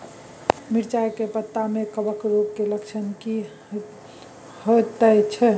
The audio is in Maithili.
मिर्चाय के पत्ता में कवक रोग के लक्षण की होयत छै?